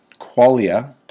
Qualia